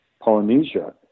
Polynesia